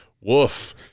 woof